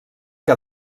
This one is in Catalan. que